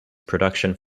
production